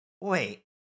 Wait